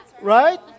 Right